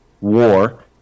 war